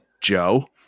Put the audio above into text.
Joe